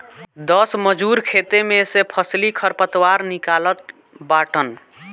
दस मजूर खेते में से फसली खरपतवार निकालत बाटन